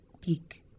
Peak